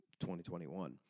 2021